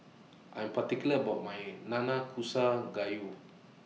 I'm particular about My Nanakusa Gayu